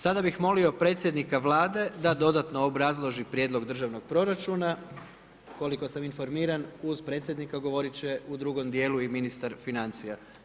Sada bih molio predsjednika Vlade da dodatno obrazloži Prijedlog državnog proračuna, koliko sam informiran uz predsjednika, govorit će u drugom dijelu i ministar financija.